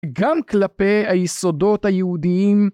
גם כלפי היסודות היהודיים